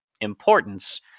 importance